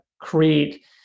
create